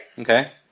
Okay